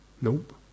Nope